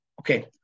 Okay